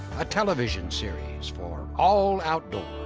a television series for all outdoors.